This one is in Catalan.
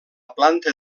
planta